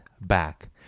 back